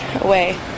away